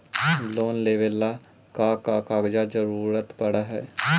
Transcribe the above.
Loan लेवेला का का कागजात जरूरत पड़ हइ?